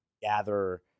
gather